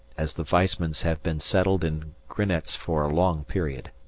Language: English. as the weissmans have been settled in grinetz for a long period.